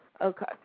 Okay